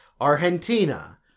Argentina